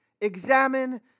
examine